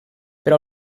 però